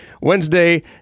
Wednesday